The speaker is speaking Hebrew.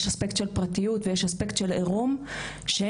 יש אספקט של פרטיות ויש אספקט של עירום שאין